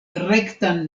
rektan